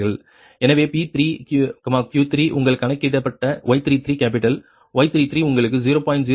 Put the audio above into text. எனவே P3 Q3 உங்கள் கணக்கிடப்பட்ட Y33 கேப்பிட்டல் Y33 உங்களுக்கு 0